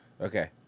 Okay